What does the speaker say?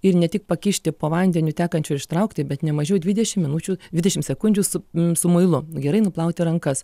ir ne tik pakišti po vandeniu tekančiu ir ištraukti bet nemažiau dvidešimt minučių dvidešimt sekundžių su su muilu gerai nuplauti rankas